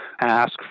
ask